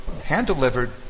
hand-delivered